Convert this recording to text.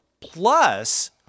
plus